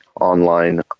online